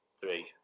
Three